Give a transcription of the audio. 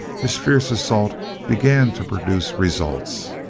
his fierce assault began to produce results.